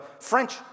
French